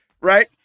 Right